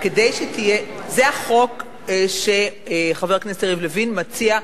זה החוק שחבר הכנסת יריב לוין מציע.